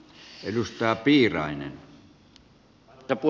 arvoisa puheenjohtaja